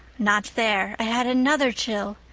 not there. i had another chill.